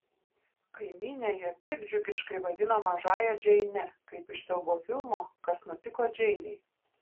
kaimynė ją piktdžiugiškai vadina mažąja džeine kaip iš siaubo filmo kas nutiko džeinei